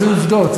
זה לא נכון.